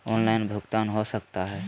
Online भुगतान हो सकता है?